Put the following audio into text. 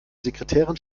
sekretärin